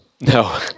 No